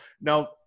Now